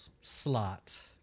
slot